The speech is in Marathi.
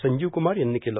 संजीव क्मार यांनी केले